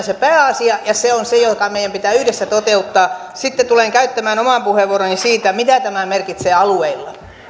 se pääasia ja se on se joka meidän pitää yhdessä toteuttaa sitten tulen käyttämään oman puheenvuoroni siitä mitä tämä merkitsee